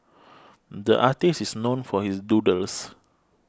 the artist is known for his doodles